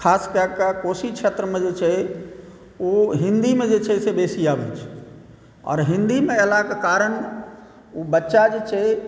खासकेॅं कऽ कोशी क्षेत्रमे जे छै ओ हिंदीमे जे छै से बेसी आबै छै आओर हिंदीमे एलाके कारण ओ बच्चा जे छै